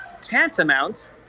tantamount